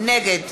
נגד